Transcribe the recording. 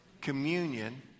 communion